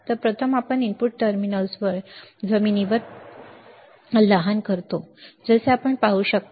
तर प्रथम आपण इनपुट टर्मिनल्स जमिनीवर लहान करतो जसे आपण पाहू शकता